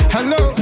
Hello